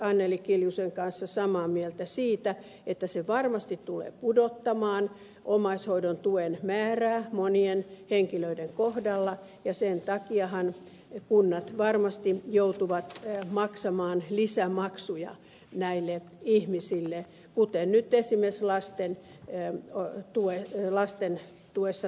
anneli kiljusen kanssa samaa mieltä siitä että se varmasti tulee pudottamaan omaishoidon tuen määrää monien henkilöiden kohdalla ja sen takiahan kunnat varmasti joutuvat maksamaan lisämaksuja näille ihmisille kuten nyt esimerkiksi lasten tuessa tapahtuu